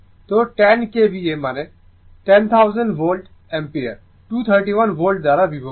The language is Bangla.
তো 10 KVA মানে 10000 ভোল্ট অ্যাম্পিয়ার 231 ভোল্ট দ্বারা বিভক্ত